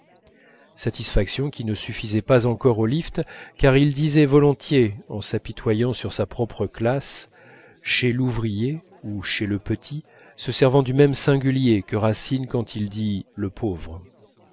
satisfaction qui ne suffisait pas encore au lift car il disait volontiers en s'apitoyant sur sa propre classe chez l'ouvrier ou chez le petit se servant du même singulier que racine quand il dit le pauvre